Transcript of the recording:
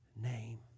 name